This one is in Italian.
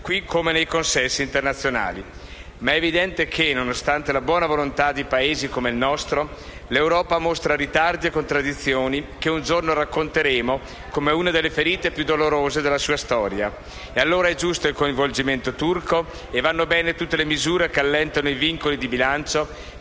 qui come nei consessi internazionali. Tuttavia è evidente che, nonostante la buona volontà di Paesi come il nostro, l'Europa mostra ritardi e contraddizioni che un giorno racconteremo come una delle ferite più dolorose della sua storia. È quindi giusto il coinvolgimento turco e vanno bene tutte le misure che allentano i vincoli di bilancio